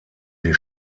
die